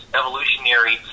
evolutionary